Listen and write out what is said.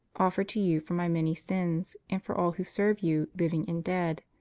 offer to you for my many sins and for all who serve you, living and dead.